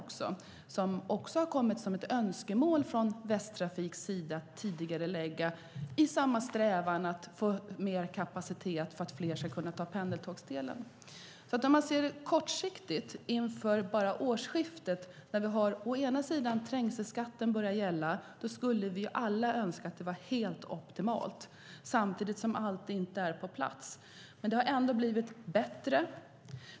Från Västtrafik har det kommit önskemål om att tidigarelägga perrongförlängningarna just för att få mer kapacitet, så att fler ska kunna åka pendeltåg. Till årsskiftet börjar trängselskatten gälla. Då skulle vi alla önska att det var helt optimalt, men samtidigt är inte allt på plats. Det har dock blivit bättre.